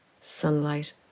sunlight